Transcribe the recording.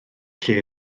lle